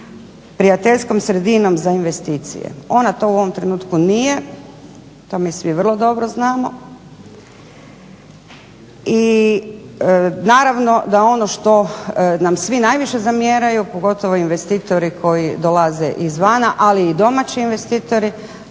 prijateljskom sredinom za investicije. Ona to u ovom trenutku nije, to mi svi vrlo dobro znamo i naravno da ono što nam svi najviše zamjeraju pogotovo investitori koji nam dolaze izvana, ali i domaći investitori